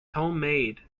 homemade